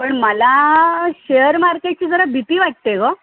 पण मला शेअर मार्केटची जरा भीती वाटते ग